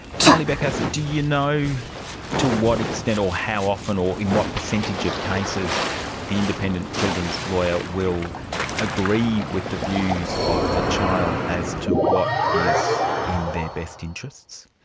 kylie beckhouse, do you know to what extent, or how often, or in what percentage of cases the independent children's lawyer will agree with the views of the child as to what is in their best interests?